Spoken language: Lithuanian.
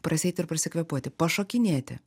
prasieiti ir prisikvėpuoti pašokinėti